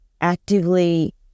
actively